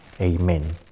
Amen